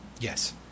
Yes